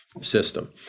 system